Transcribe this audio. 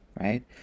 right